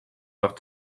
heures